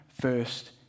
First